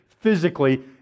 physically